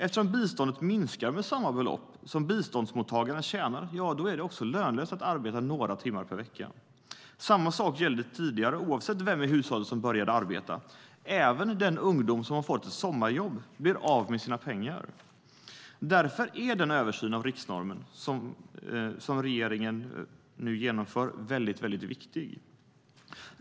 Eftersom biståndet minskar med samma belopp som biståndsmottagaren tjänar är det lönlöst att arbeta några timmar per vecka. Samma sak gällde tidigare oavsett vem i hushållet som började arbeta. Även den ungdom som har fått ett sommarjobb blir av med sina pengar. Därför är den översyn av riksnormen som regeringen nu genomför mycket viktig.